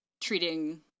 treating